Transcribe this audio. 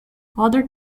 other